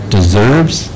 Deserves